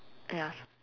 ya s~